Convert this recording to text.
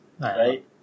right